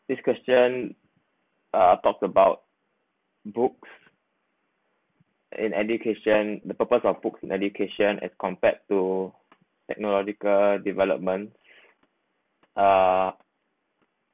this question uh talk about books and education the purpose of books and education as compared to technological development uh